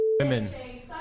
women